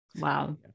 wow